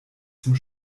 zum